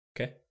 Okay